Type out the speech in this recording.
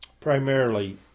primarily